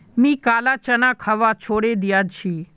मी काला चना खवा छोड़े दिया छी